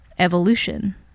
evolution